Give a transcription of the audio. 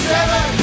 Seven